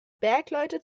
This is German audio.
bergleute